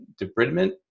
debridement